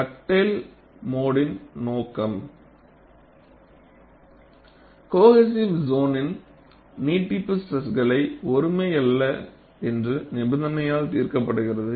Dugdale மோடின் நோக்கம் cohesive சோனின் நீட்டிப்பு ஸ்ட்ரெஸ்கள் ஒருமை அல்ல என்ற நிபந்தனையால் தீர்மானிக்கப்படுகிறது